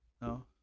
No